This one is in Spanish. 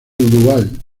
dual